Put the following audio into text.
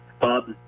bob